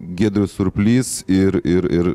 giedrius surplys ir ir ir